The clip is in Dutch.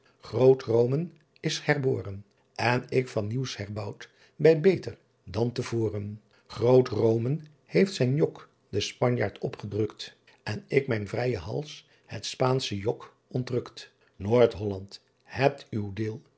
omen is herboren n ick van nieuws herbouwt bey beter dan te voren root omen heeft sijn jock den pagnaert opgedruckt n ick mijn vryen hals het paensche jock ontruckt oordholland hebt uw deel